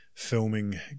Filming